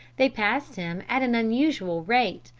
they passed him at an unusual rate,